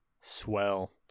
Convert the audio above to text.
swell